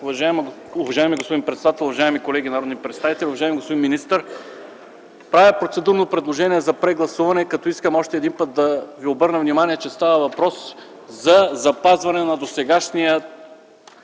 Уважаеми господин председател, уважаеми колеги народни представители, уважаеми господин министър! Правя процедурно предложение за прегласуване. Искам още един път да обърна внимание, че става въпрос за запазване на досегашната